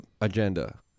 agenda